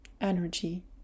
energy